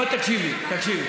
בואי, תקשיבי.